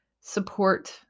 support